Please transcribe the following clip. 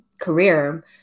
career